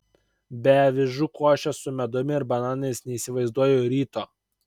be avižų košės su medumi ir bananais neįsivaizduoju ryto